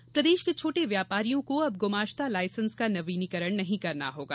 गुमाश्ता प्रदेश के छोटे व्यापारियों को अब गुमाश्ता लायसेंस का नवीनीकरण नहीं कराना होगा